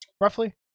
Roughly